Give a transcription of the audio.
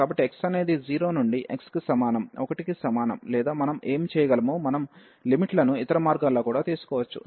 కాబట్టి x అనేది 0 నుండి x కి సమానం 1 కి సమానం లేదా మనం ఏమి చేయగలమో మనం లిమిట్ లను ఇతర మార్గాల్లో కూడా తీసుకోవచ్చు